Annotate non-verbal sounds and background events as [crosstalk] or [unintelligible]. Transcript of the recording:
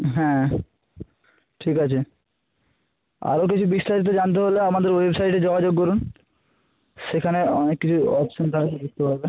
হ্যাঁ ঠিক আছে আরও কিছু বিস্তারিত জানতে হলে আমাদের ওয়েবসাইটে যোগাযোগ করুন সেখানে অনেক কিছু অপশান তাহলে [unintelligible] পাবেন